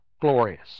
glorious